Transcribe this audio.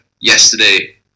yesterday